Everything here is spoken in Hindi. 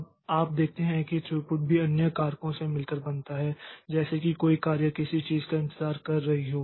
अब आप देखते हैं कि थ्रूपुट भी अन्य कारकों से मिलकर बनता है जैसे कि कोई कार्य किसी चीज़ का इंतज़ार कर रही हो